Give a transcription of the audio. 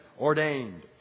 ordained